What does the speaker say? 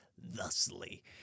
thusly